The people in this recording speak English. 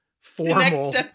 Formal